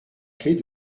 clef